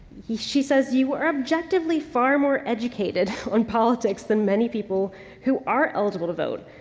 she says you are objectively far more educated on politics than many people who are eligible to vote.